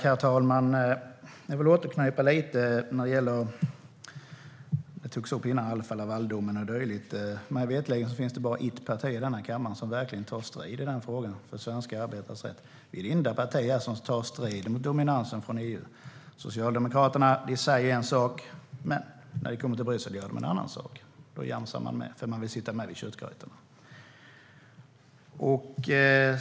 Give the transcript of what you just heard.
Herr talman! Jag vill återknyta till Lavaldomen. Mig veterligen finns det bara ett parti i denna kammare som verkligen har tagit strid i den frågan för svenska arbetare. Vi är det enda parti som tar strid mot dominansen från EU. Socialdemokraterna säger en sak, men när de kommer till Bryssel gör de en annan sak, för man vill sitta med vid köttgrytan.